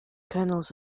kernels